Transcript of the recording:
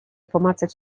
pomacać